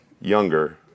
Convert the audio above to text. younger